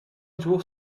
tours